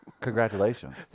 Congratulations